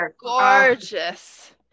gorgeous